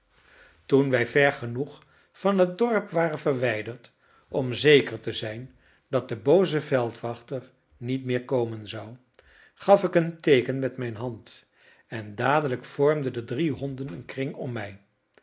toen wij ver genoeg van het dorp waren verwijderd om zeker te zijn dat de booze veldwachter niet meer komen zou gaf ik een teeken met mijn hand en dadelijk vormden de drie honden een kring om mij